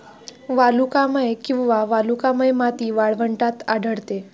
वालुकामय किंवा वालुकामय माती वाळवंटात आढळते